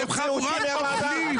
בליאק, קריאה שלישית.